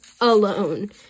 alone